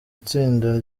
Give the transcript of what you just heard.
itsinda